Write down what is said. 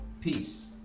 Peace